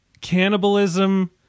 cannibalism